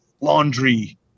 laundry